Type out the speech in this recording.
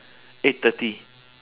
eight thirty